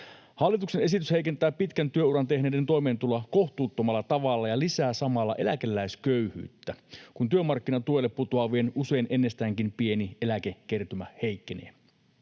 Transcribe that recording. Hallituksen esitys heikentää pitkän työuran tehneiden toimeentuloa kohtuuttomalla tavalla ja lisää samalla eläkeläisköyhyyttä, kun työmarkkinatuelle putoavien usein ennestäänkin pieni eläkekertymä heikkenee.